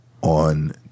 on